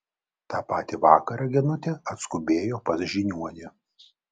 tą patį vakarą genutė atskubėjo pas žiniuonį